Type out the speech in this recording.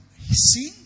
see